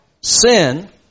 sin